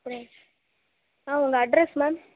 அப்புறம் ஆ உங்கள் அட்ரஸ் மேம்